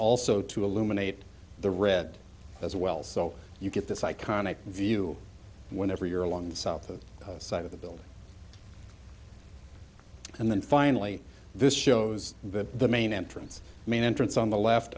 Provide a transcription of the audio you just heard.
also to illuminated the red as well so you get this iconic view whenever you're along the south of the side of the building and then finally this shows that the main entrance main entrance on the left